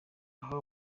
aha